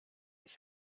ich